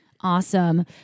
Awesome